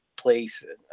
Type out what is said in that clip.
place